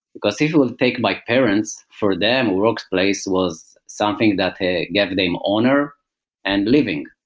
because if you take my parents, for them, workplace was something that gave them honor and leaving.